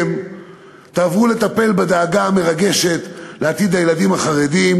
תעברו לטפל בדאגה המרגשת לעתיד הילדים החרדים,